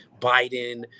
Biden